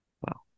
wow